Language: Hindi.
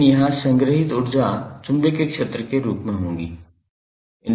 लेकिन यहां संग्रहीत ऊर्जा चुंबकीय क्षेत्र के रूप में है